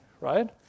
right